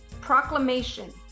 proclamation